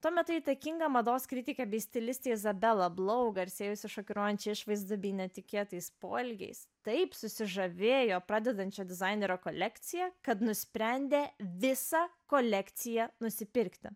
tuo metu įtakinga mados kritikė bei stilistė izabela blau garsėjusi šokiruojančia išvaizda bei netikėtais poelgiais taip susižavėjo pradedančią dizainerio kolekciją kad nusprendė visą kolekciją nusipirkti